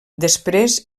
després